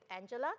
Angela